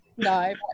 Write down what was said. no